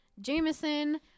Jameson